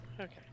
Okay